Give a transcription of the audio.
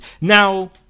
now